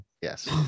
Yes